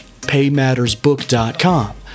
paymattersbook.com